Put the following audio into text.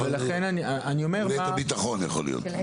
אבל ליתר ביטחון הוא יכול להיות,